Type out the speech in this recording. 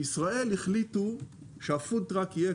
בישראל החליטו שהפוד-טראק יהיה,